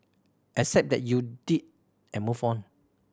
accept that you did and move on